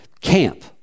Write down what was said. camp